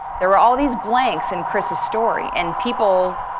there were all these blanks in chris' story and people,